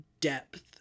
depth